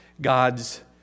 God's